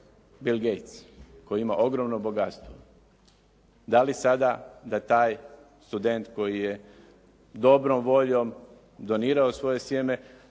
Bill Gates, koji ima ogromno bogatstvo. Da li sada da taj student koji je dobrom voljom donirao svoje sjeme